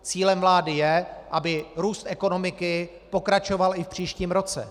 Cílem vlády je, aby růst ekonomiky pokračoval i v příštím roce.